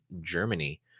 Germany